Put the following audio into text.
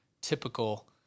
typical